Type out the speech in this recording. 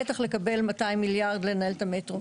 בטח לקבל 200 מיליארד לנהל את המטרו,